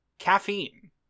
Caffeine